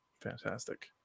fantastic